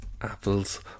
Apples